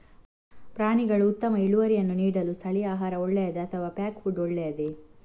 ಪ್ರಾಣಿಗಳು ಉತ್ತಮ ಇಳುವರಿಯನ್ನು ನೀಡಲು ಸ್ಥಳೀಯ ಆಹಾರ ಒಳ್ಳೆಯದೇ ಅಥವಾ ಪ್ಯಾಕ್ ಫುಡ್ ಒಳ್ಳೆಯದೇ?